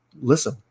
listen